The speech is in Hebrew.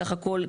סך הכל,